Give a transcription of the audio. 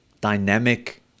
dynamic